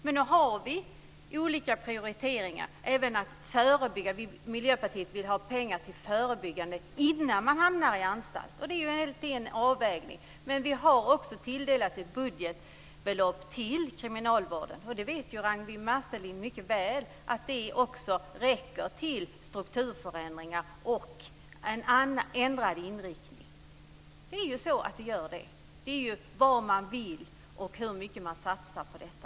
Men nu har vi olika prioriteringar, och det är även att förebygga. Miljöpartiet vill ha pengar till förebyggande, innan personer hamnar i en anstalt. Det är en avvägning. Men vi har också tilldelat budgetbelopp till kriminalvården. Ragnwi Marcelind vet mycket väl att det också räcker till strukturförändringar och en ändrad inriktning. Det gör det. Det handlar om vad man vill och hur mycket man satsar på detta.